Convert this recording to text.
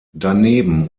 daneben